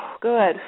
Good